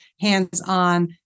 hands-on